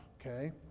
okay